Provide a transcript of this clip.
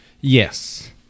Yes